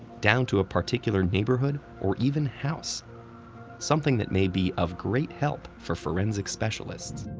down to a particular neighborhood or even house something that may be of great help for forensic specialists.